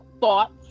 thoughts